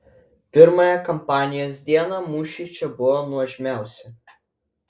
pirmąją kampanijos dieną mūšiai čia buvo nuožmiausi